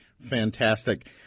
Fantastic